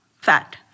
fat